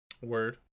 Word